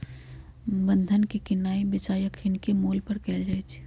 बन्धन के किनाइ बेचाई अखनीके मोल पर कएल जाइ छइ